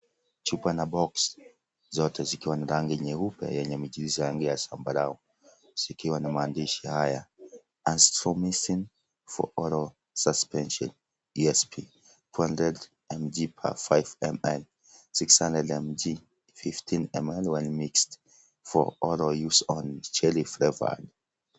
Chupa na box zote zikiwa na rangi nyeupe yenye mijirisi ya rangi ya sambarau zikiwa na maandishi haya azithromycin for oral suspension usp 200mg per 5ml 600mg(15ml when mixed) for oral use only cherry flavored .